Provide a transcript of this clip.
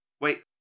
Wait